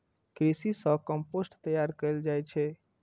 कृमि सं कंपोस्ट तैयार कैल जाइ छै